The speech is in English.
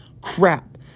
crap